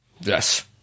Yes